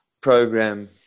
program